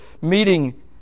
meeting